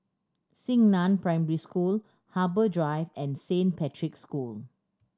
Xingnan Primary School Harbour Drive and Saint Patrick's School